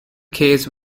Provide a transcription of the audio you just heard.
case